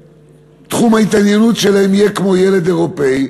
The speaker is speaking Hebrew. תחום ההתעניינות שלהם יהיה כמו של ילד אירופי.